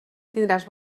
tindràs